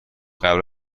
قبل